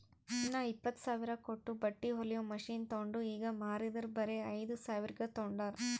ನಾ ಇಪ್ಪತ್ತ್ ಸಾವಿರ ಕೊಟ್ಟು ಬಟ್ಟಿ ಹೊಲಿಯೋ ಮಷಿನ್ ತೊಂಡ್ ಈಗ ಮಾರಿದರ್ ಬರೆ ಐಯ್ದ ಸಾವಿರ್ಗ ತೊಂಡಾರ್